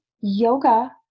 yoga